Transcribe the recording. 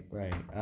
right